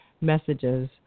messages